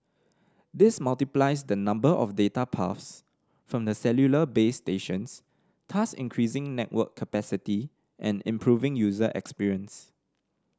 this multiplies the number of data paths from the cellular base stations thus increasing network capacity and improving user experience